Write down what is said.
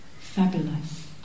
fabulous